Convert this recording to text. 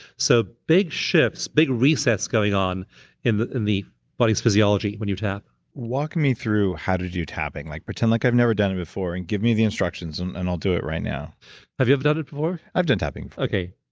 so big shifts, big resets going on in the in the body's physiology when you tap walk me through how to do tapping. like pretend like i've never done it before, and give me the instructions, and and i'll do it right now have you ever done it before? i've done tapping before okay.